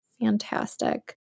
Fantastic